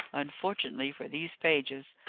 unfortunately for these pages,